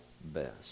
best